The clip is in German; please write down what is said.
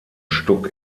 stuck